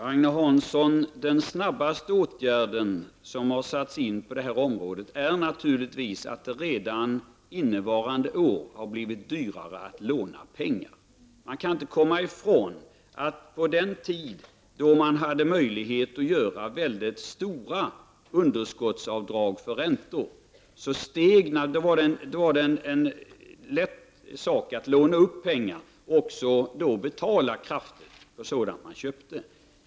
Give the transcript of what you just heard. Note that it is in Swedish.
Herr talman! Den snabbaste åtgärd som har satts in på detta område, Agne Hansson, är naturligtvis att det redan innevarande år har blivit dyrare att låna pengar. Man kan inte komma ifrån att det, på den tiden då man hade möjlighet att göra mycket stora underskottsavdrag för räntor, var en lätt sak att låna upp pengar och betala kraftigt för det man köpte.